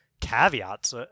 caveats